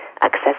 access